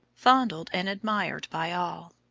fondled and admired by all.